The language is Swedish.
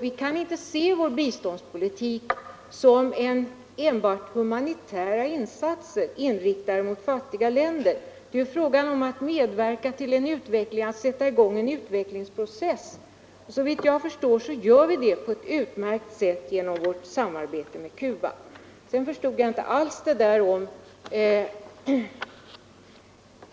Vi kan inte se vår biståndspolitik som en enbart humanitär insats för fattiga länder. Det är fråga om att medverka till att sätta i gång en utvecklingsprocess. Såvitt jag förstår gör vi det på ett utmärkt sätt genom vårt samarbete med Cuba. å Sedan förstod jag inte alls det där